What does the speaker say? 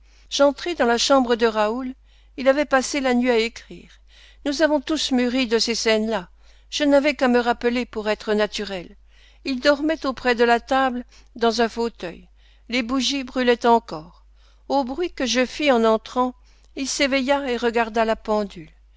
j'entrai dans la chambre de raoul il avait passé la nuit à écrire nous avons tous mûri de ces scènes là je n'avais qu'à me rappeler pour être naturel il dormait auprès de la table dans un fauteuil les bougies brûlaient encore au bruit que je fis en entrant il s'éveilla et regarda la pendule